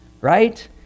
right